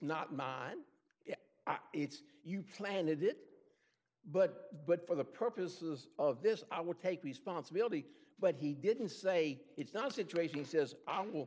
not mine it's you planted it but but for the purposes of this i would take responsibility but he didn't say it's not situation he says i will